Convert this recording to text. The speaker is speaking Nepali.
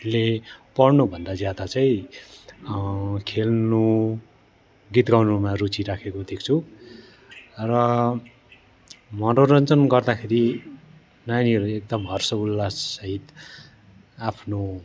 ले पढ्नुभन्दा ज्यादा चाहिँ खेल्नु गीत गाउनुमा रुचि राखेको देख्छु र मनोरञ्जन गर्दाखेरि नानीहरू एकदम हर्ष उल्लास सहित आफ्नो